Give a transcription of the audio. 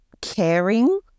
caring